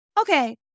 Okay